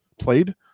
played